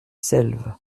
selve